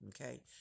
Okay